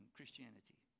Christianity